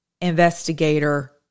investigator